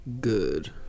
good